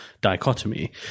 dichotomy